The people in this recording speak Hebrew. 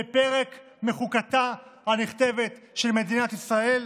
בפרק מחוקתה הנכתבת של מדינת ישראל,